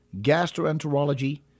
gastroenterology